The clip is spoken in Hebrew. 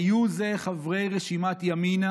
היו אלה חברי רשימת ימינה